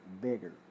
bigger